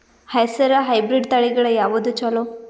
ಹೆಸರ ಹೈಬ್ರಿಡ್ ತಳಿಗಳ ಯಾವದು ಚಲೋ?